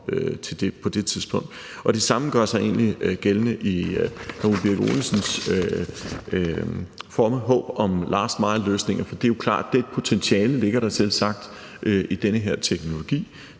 på det tidspunkt. Det samme gør sig egentlig gældende med hr. Ole Birk Olesens fromme håb om lastmileløsninger, for det er jo klart, at det potentiale ligger der selvsagt i den her teknologi.